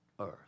earth